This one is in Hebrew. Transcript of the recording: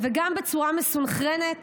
וגם בצורה מסונכרנת,